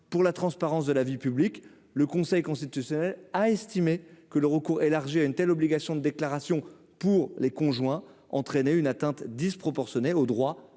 pour la transparence de la vie publique, le Conseil constitue c'est a estimé que le recours élargi à une telle obligation de déclaration pour les conjoints entraîner une atteinte disproportionnée au droit